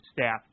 staff